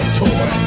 toy